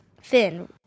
Finn